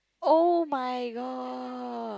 oh-my-god